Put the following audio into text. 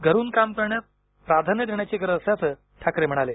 घरून काम करण्यास प्राधान्य देण्याची गरज असल्याचं ठाकरे म्हणाले